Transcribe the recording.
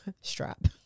Strap